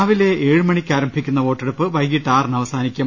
രാവിലെ ഏഴുമണിക്കാരംഭിക്കുന്ന വോട്ടെടുപ്പ് വൈകിട്ട് ആറിന് അവസാനിക്കും